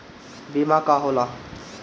बीमा का होला?